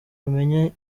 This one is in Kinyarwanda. amenye